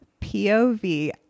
POV